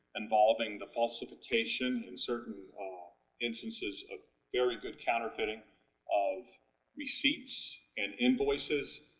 involving the falsification, in certain ah instances of very good counterfeiting of receipts and invoices,